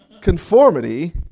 Conformity